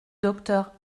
docteur